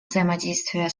взаимодействие